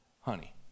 honey